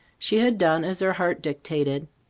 she had done as her heart dictated.